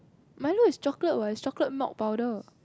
Milo is chocolate what it's chocolate malt powder